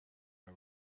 her